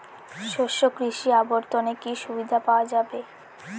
শস্য কৃষি অবর্তনে কি সুবিধা পাওয়া যাবে?